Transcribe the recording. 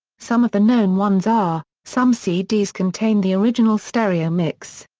some of the known ones are some cds contain the original stereo mix.